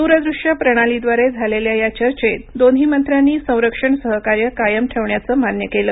दूर दृश्य प्रणालीद्वारे झालेल्या या चर्चेत दोन्ही मंत्र्यांनी संरक्षण सहकार्य कायम ठेवण्याचं मान्य केलं